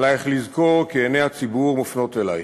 עלייך לזכור כי עיני הציבור מופנות אלייך.